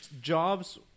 jobs